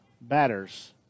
batters